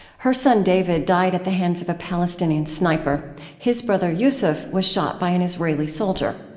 her son, david, died at the hands of a palestinian sniper his brother, yusef, was shot by an israeli soldier.